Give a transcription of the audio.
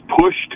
pushed